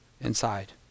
inside